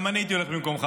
גם אני הייתי הולך במקומך.